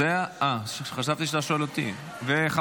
ומלחמת חרבות ברזל,